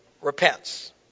repents